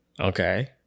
Okay